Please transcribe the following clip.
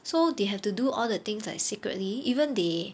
so they have to do all the things like secretly even they